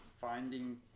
finding